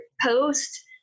post